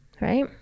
right